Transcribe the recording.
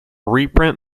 reprint